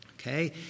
Okay